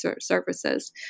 services